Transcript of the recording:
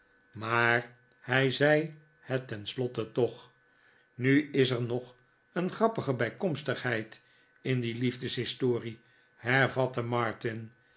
maar hij zei het tenslotte toch nu is er nog een grappige bijkomstigheid in die liefdeshistorie hervatte